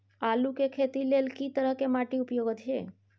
आलू के खेती लेल के तरह के माटी उपयुक्त अछि?